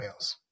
emails